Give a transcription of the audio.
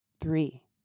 Three